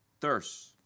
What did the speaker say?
thirst